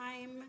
time